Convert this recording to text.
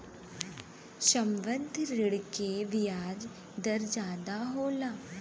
संबंद्ध ऋण के बियाज दर जादा होला